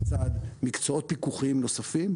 לצד מקצועות פיקוחיים נוספים,